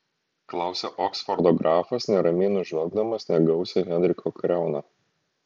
klausia oksfordo grafas neramiai nužvelgdamas negausią henriko kariauną